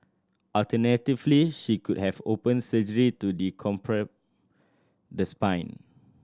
alternatively she could have open surgery to the spine